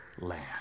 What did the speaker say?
land